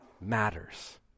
matters